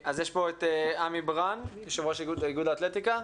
עמי ברן, יושב-ראש איגוד האתלטיקה.